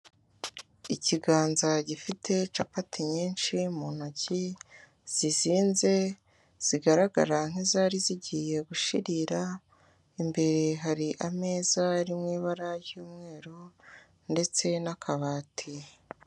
Ikiganza gifite capeti nyinshi mu ntoki zizinze zigaragara nk'izari zigiye gushirira, imbere hari ameza ari mu ibara ry'umweru ndetse n'akabati.